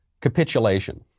capitulation